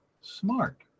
smart